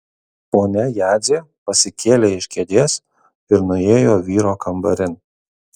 ponia jadzė pasikėlė iš kėdės ir nuėjo vyro kambarin